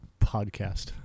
podcast